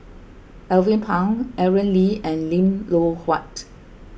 Alvin Pang Aaron Lee and Lim Loh Huat